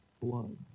blood